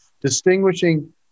distinguishing